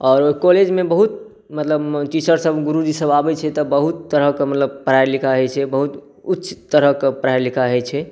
आओर कॉलेज मे बहुत मतलब टीचर सभ गुरूजीसभ आबै छै तऽ बहुत तरहके मतलब पढाइ लिखाइ होइ छै बहुत उच्च तरहके पढाइ लिखाइ होइ छै